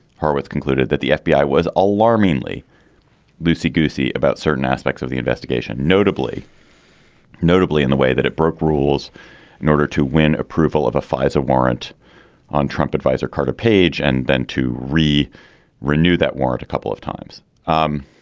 horowitz concluded that the fbi was alarmingly loosey goosey about certain aspects of the investigation, notably notably in the way that it broke rules in order to win approval of a fisa warrant on trump advisor carter page and then to re renew that warrant a couple of times. um